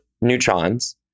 neutrons